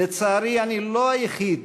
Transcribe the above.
לצערי, אני לא היחיד